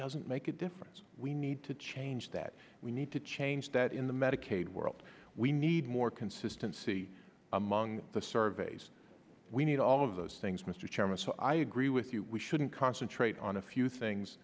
doesn't make a difference we need to change that we need to change that in the medicaid world we need more consistency among the surveys we need all of those things mr chairman so i agree with you we shouldn't concentrate on a few things